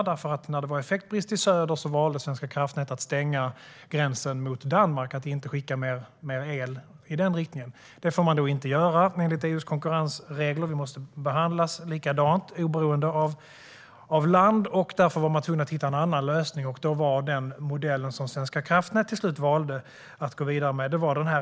När det var effektbrist i söder valde Svenska kraftnät att stänga gränsen mot Danmark, att inte skicka mer el i den riktningen. Det får man inte göra, enligt EU:s konkurrensregler. Alla måste behandlas likadant oberoende av land, så därför var man tvungen att hitta en annan lösning. Då var elområdesindelning den modell som Svenska kraftnät till slut valde att gå vidare med.